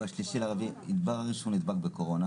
התברר שהוא נדבק בקורונה